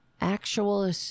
Actual